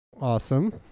awesome